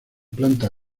planta